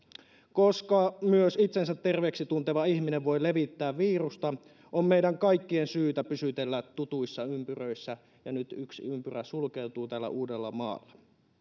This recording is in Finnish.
koska myös itsensä terveeksi tunteva ihminen voi levittää virusta on meidän kaikkien syytä pysytellä tutuissa ympyröissä ja nyt yksi ympyrä sulkeutuu täällä uudellamaalla